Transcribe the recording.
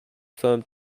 firm